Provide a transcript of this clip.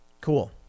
cool